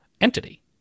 entity